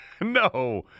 No